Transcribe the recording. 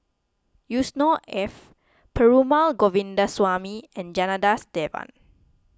Yusnor Ef Perumal Govindaswamy and Janadas Devan